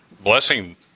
blessing